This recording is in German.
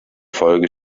folge